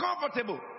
comfortable